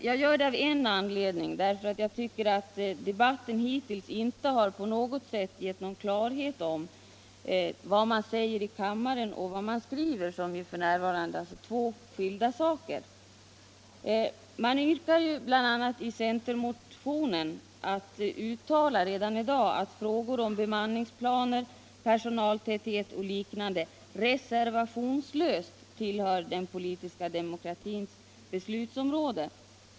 Jag gör det av den anledningen att jag tycker att debatten hittills inte på något sätt har gett någon klarhet i skillnaden mellan vad som sägs i kammaren och det som skrivs i betänkandet. I centermotionen yrkar man bl.a. att det redan i dag skall uttalas att frågor om bemanningsplaner, personaltäthet och liknande reservationslöst skall tillhöra den politiska demokratins beslutsområden.